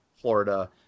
Florida